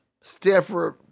Stanford